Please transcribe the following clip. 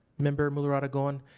member muller-aragon,